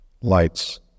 lights